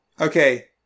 Okay